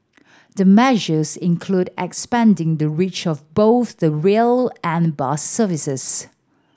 the measures include expanding the reach of both the rail and bus services